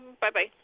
Bye-bye